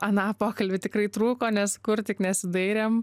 aną pokalbį tikrai trūko nes kur tik nesidairėm